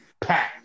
Pack